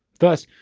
thus,